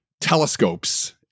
telescopes